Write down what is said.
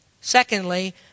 Secondly